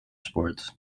sports